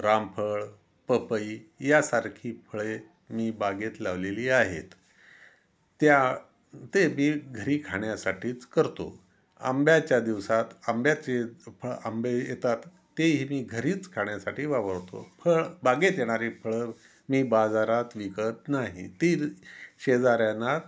रामफळ पपई यासारखी फळे मी बागेत लावलेली आहेत त्या ते मी घरी खाण्यासाठीच करतो आंब्याच्या दिवसात आंब्याचे फ आंबे येतात तेही मी घरीच खाण्यासाठी वापरतो फळ बागेत येणारे फळं मी बाजारात विकत नाही ती शेजाऱ्यांना